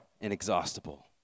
inexhaustible